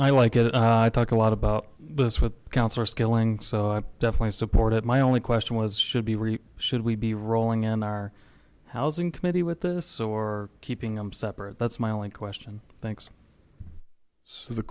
i like it i talk a lot about this what counts are scaling so i definitely support it my only question was should be should we be rolling on our housing committee with this or keeping them separate that's my only question thanks so the